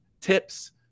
tips